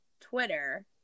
Twitter